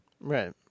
Right